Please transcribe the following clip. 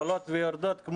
עולות ויורדות,